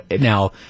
Now